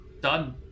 Done